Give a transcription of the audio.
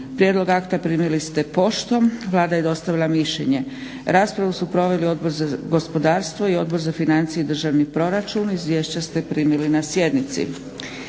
Prijedlog akta primili ste poštom. vlada je dostavila mišljenje. Raspravu su proveli Odbor za gospodarstvo i Odbor za financije i državni proračun. Izvješće ste primili na sjednici.